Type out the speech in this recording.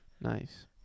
Nice